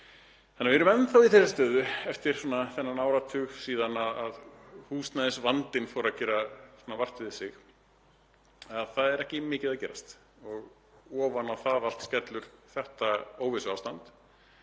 varðar. Við erum enn þá í þeirri stöðu eftir þennan áratug síðan að húsnæðisvandinn fór að gera vart við sig að það er ekki mikið að gerast. Ofan á það allt skellur þetta óvissuástand,